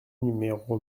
numéro